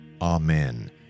Amen